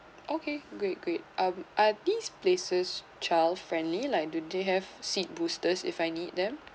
okay great great uh are these places child-friendly like do they have seat boosters if I need them